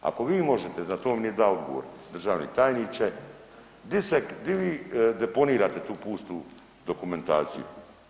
Ako vi možete, za to mi nije dao odgovor, državni tajniče di se, di vi deponirate tu pustu dokumentaciju?